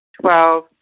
Twelve